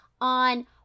on